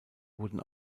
werden